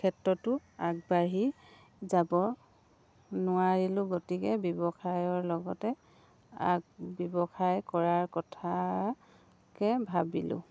ক্ষেত্ৰতো আগবাঢ়ি যাব নোৱাৰিলোঁ গতিকে ব্যৱসায়ৰ লগতে আগ ব্যৱসায় কৰাৰ কথাকে ভাবিলোঁ